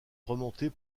remonter